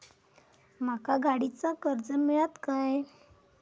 माका गाडीचा कर्ज मिळात काय?